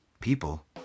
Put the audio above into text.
People